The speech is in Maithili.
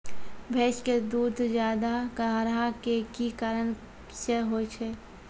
भैंस के दूध ज्यादा गाढ़ा के कि कारण से होय छै?